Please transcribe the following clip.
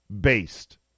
Based